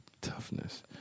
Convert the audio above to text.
toughness